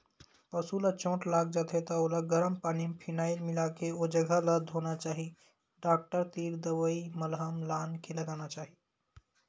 पसु ल चोट लाग जाथे त ओला गरम पानी म फिनाईल मिलाके ओ जघा ल धोना चाही डॉक्टर तीर दवई मलहम लानके लगाना चाही